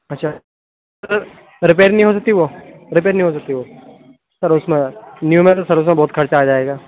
اچھا ریپیئر نہیں ہو سکتی وہ ریپیئر نہیں ہو سکتی وہ سر اُس میں نیو میں تو سر اُس میں بہت خرچہ آ جائے گا